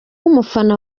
umufana